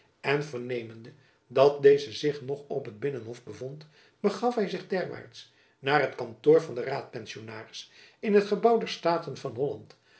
en vernemende dat deze zich nog op het binnenhof bevond begaf hy zich derwaarts naar het kantoor van den raadpensionaris in het gebouw der staten van holland